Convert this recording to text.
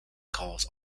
cause